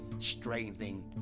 Strengthening